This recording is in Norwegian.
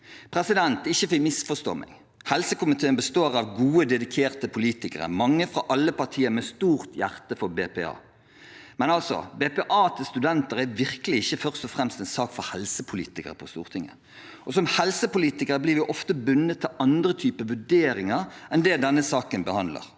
Ikke misforstå meg: Helsekomiteen består av gode, dedikerte politikere der mange – fra alle partier – har et stort hjerte for BPA. Men altså: BPA til studenter er virkelig ikke først og fremst en sak for helsepolitikere på Stortinget. Som helsepolitikere blir vi ofte bundet til andre typer vurderinger enn det denne saken behandler.